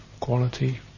quality